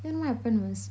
then what happened was